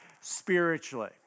spiritually